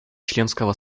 членского